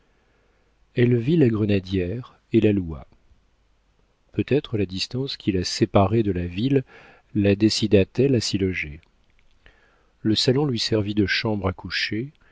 elle vit la grenadière et la loua peut-être la distance qui la séparait de la ville la décida t elle à s'y loger le salon lui servit de chambre à coucher